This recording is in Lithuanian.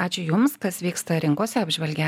ačiū jums kas vyksta rinkose apžvelgia